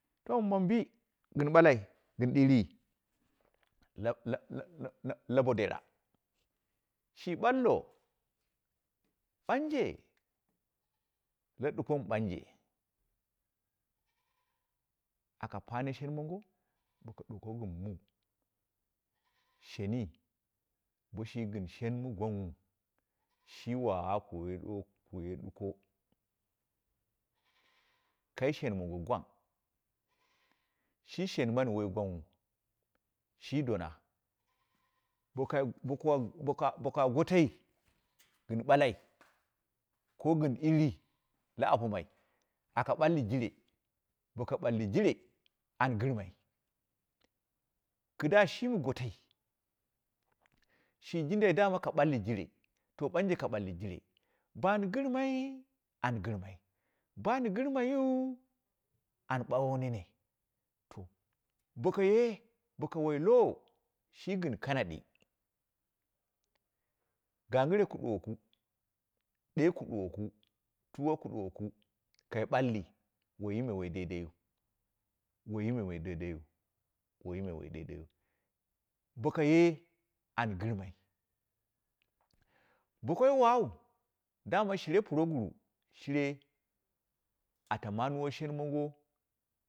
To min bii gɨn ɓakai gɨn ɗiiri, la- la- la- la boɗera, shi bullo, ɓanje lu duku mi ɓanje, aka kwana shen mango, boko ɗuko gɨn muu sheri i gwanwu shi lawa kuye ɗu kuye ɗuko, kai shen mango gwang, shi shen mani woi gwangwu shi dona, boka, boka boka gotoi gɨn balai ka gɨn illii la apimai aku bulli jire, boka ɓaki jire an gɨrmai kida shimi gotoi she jindai dama ka balli jire to ɓanje ka bulli jire, bo an gɨrmai an gɨrmai, bo an gɨrmaiu an bagho nene to bokaye boka wai lowo shi gɨn kandi, gangɨre ku duwaku, ɗee ku duwaku, tuwa ku duwaku kai balli waime wai dai- dai wu, bokaye an gɨrma, ba kai yau dama shire proguru shire ata maningo sheu mongo